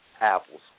apples